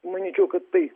manyčiau kad tai